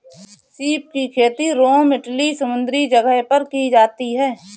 सीप की खेती रोम इटली समुंद्री जगह पर की जाती है